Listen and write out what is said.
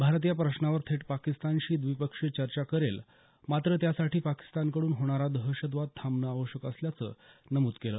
भारत या प्रश्नावर थेट पाकिस्तानशी द्वी पक्षीय चर्चा करेल मात्र त्यासाठी पाकिस्तानकड्रन होणारा दहशतवाद थांबणं आवश्यक असल्याचं नमूद केलं